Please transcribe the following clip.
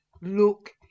look